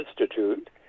Institute